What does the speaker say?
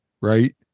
right